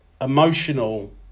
emotional